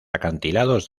acantilados